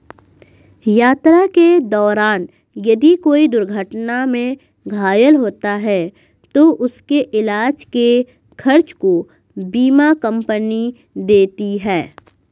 यात्रा के दौरान यदि कोई दुर्घटना में घायल होता है तो उसके इलाज के खर्च को बीमा कम्पनी देती है